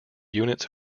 units